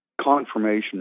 confirmation